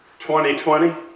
2020